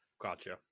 Gotcha